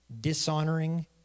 dishonoring